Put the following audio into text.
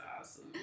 awesome